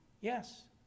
Yes